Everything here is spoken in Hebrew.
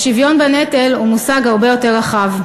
ושוויון בנטל הוא מושג הרבה יותר רחב.